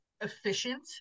efficient